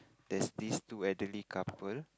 there's beach to elderly two couple